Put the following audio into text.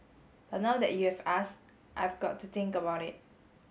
but now that you have ask I've got to think about it